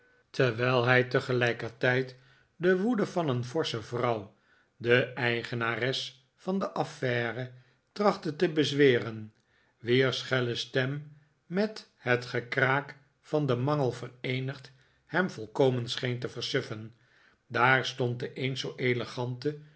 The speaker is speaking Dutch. terwijl hij tegelijkertijd de woede van een forsche vrouw de eigenares van de affaire trachtte te bezweren wier schelle stem met het gekraak van den mangel vereenigd hem volkomen scheen'te versuffen daar stond de eens zoo elegante